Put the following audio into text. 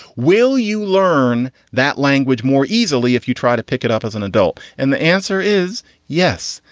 will you learn that language more easily if you try to pick it up as an adult? and the answer is yes.